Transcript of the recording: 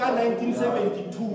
1972